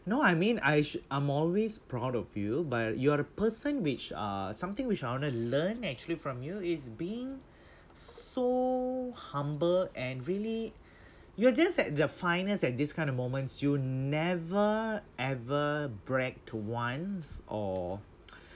no I mean I sh~ I'm always proud of you but you are a person which uh something which I wanna learn actually from you is being so humble and really you're just at the finest at this kind of moments you never ever bragged once or